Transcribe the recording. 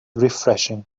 refreshing